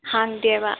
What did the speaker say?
ꯍꯥꯡꯗꯦꯕ